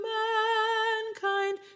mankind